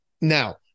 now